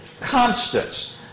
constants